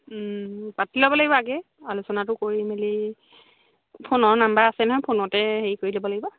পাতি ল'ব লাগিব আগেই আলোচনাটো কৰি মেলি ফোনৰ নাম্বাৰ আছেই নহয় ফোনতে হেৰি কৰি ল'ব লাগিব